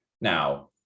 Now